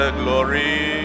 glory